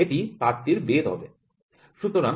এটি পাতটির বেধ হবে